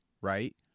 Right